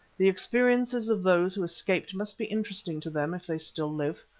the experiences of those who escaped must be interesting to them if they still live.